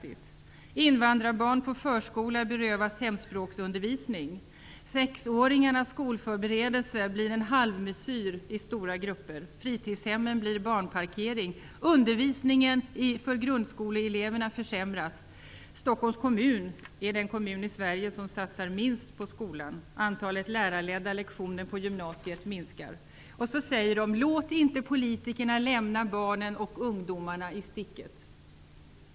Invandrarbarn på förskolor berövas hemspråksundervisning. Sexåringarnas skolförberedelse blir en halvmesyr i stora grupper. Stockholms kommun är den kommun i Sverige som satsar minst på skolan. Antalet lärarledda lektioner på gymnasiet minskar. Låt inte politikerna lämna barnen och ungdomarna i sticket!